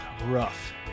rough